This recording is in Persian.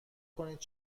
کنید